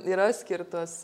yra skirtos